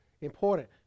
important